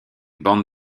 bande